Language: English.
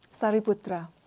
Sariputra